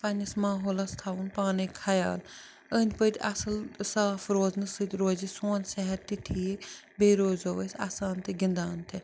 پننس ماحولس تھَاوُن پانٔے خیال أنٛدۍ پٔکۍ اصٕل صاف روزنہٕ سۭتۍ روزِ سون صحت تہِ ٹھیٖک بیٚیہِ روزو أسۍ اسان تہٕ گِنٛدان تہِ